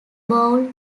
bowl